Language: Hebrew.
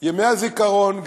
ימי הזיכרון,